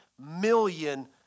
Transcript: million